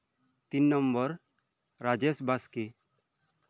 ᱛᱤᱱ ᱱᱚᱢᱵᱚᱨ ᱨᱟᱡᱮᱥ ᱵᱟᱥᱠᱮ